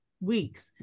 weeks